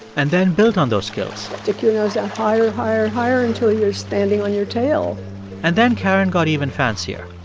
and then built on those skills your nose out higher, higher, higher until you're standing on your tail and then karen got even fancier.